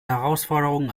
herausforderung